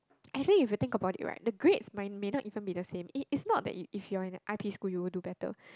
actually if you think about it right the grades might may not even be the same it is not that if if you are in a I P school you will do better